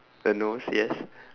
the nose yes